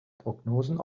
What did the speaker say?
prognosen